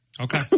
Okay